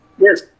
Yes